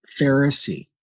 Pharisee